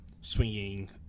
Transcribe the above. swinging